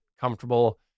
comfortable